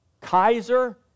Kaiser